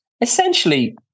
essentially